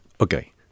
okay